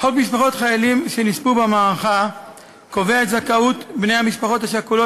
חוק משפחות חיילים שנספו במערכה קובע את זכאות בני המשפחות השכולות,